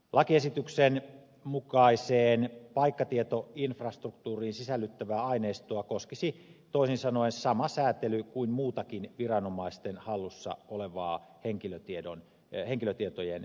lakiesityksen mukaiseen paikkatietoinfrastruktuuriin sisällytettävää aineistoa koskisi toisin sanoen sama säätely kuin muitakin viranomaisten hallussa olevien henkilötietojen käsittelyä